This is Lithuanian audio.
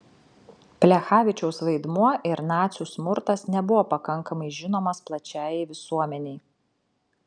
plechavičiaus vaidmuo ir nacių smurtas nebuvo pakankamai žinomas plačiajai visuomenei